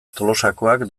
tolosakoak